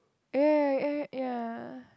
yeah yeah yeah yeah yeah